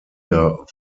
der